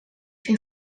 fer